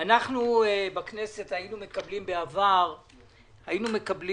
בכנסת היינו מקבלים בעבר פרטים